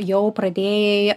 jau pradėjai